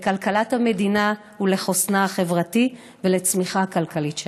לכלכלת המדינה ולחוסנה החברתי ולצמיחה הכלכלית שלנו.